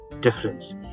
difference